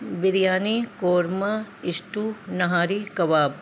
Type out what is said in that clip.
biryani korma stew nihari کباب